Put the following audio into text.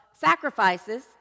sacrifices